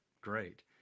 great